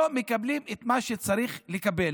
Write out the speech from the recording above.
לא מקבלים את מה שצריך לקבל.